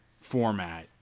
format